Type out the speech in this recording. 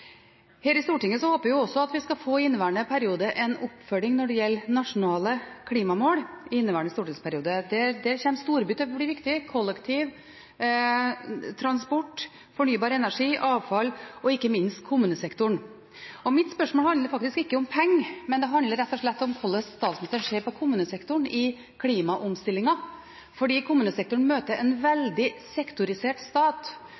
Her i Stortinget håper jeg at vi i inneværende stortingsperiode får en oppfølging når det gjelder nasjonale klimamål. Der kommer storbyer til å bli viktige – kollektivtransport, fornybar energi og avfall – og ikke minst kommunesektoren. Mitt spørsmål handler faktisk ikke om penger, men rett og slett om hvordan statsministeren ser på kommunesektoren i klimaomstillinga, for kommunesektoren møter en veldig sektorisert stat,